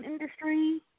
industry